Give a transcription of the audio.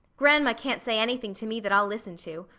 grandma can't say anything to me that i'll listen to.